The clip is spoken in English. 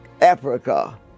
Africa